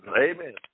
Amen